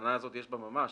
שבטענה הזאת יש ממש,